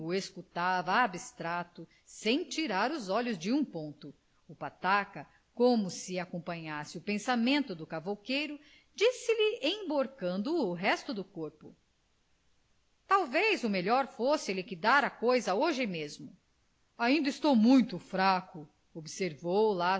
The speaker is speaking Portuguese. escutava abstrato sem tirar os olhos de um ponto o pataca como se acompanhasse o pensamento do cavouqueiro disse-lhe emborcando o resto do copo talvez o melhor fosse liquidar a coisa hoje mesmo ainda estou muito fraco observou